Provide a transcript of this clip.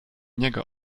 niego